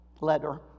letter